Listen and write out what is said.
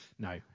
No